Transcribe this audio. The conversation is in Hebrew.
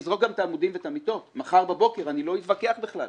אנחנו נזרוק גם את העמודים והמיטות מחר בבוקר ולא נתווכח בכלל.